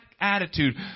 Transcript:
attitude